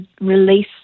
release